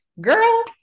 girl